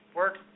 work